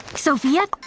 sofia!